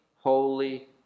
holy